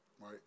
right